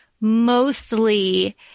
mostly